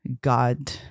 God